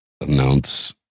announce